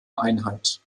einheit